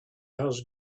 has